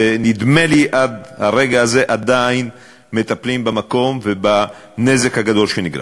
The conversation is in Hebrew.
ונדמה לי שעד לרגע הזה עדיין מטפלים במקום ובנזק הגדול שנגרם.